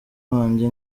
wanjye